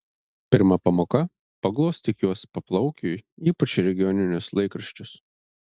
pirma pamoka paglostyk juos paplaukiui ypač regioninius laikraščius